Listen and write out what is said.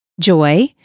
joy